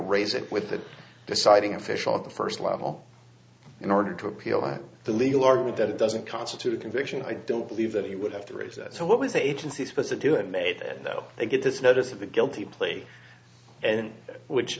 raise it with the deciding official at the first level in order to appeal that the legal argument that doesn't constitute a conviction i don't believe that he would have to raise it so what was the agency's supposed to do it made it though they get this notice of the guilty plea and which